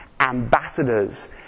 ambassadors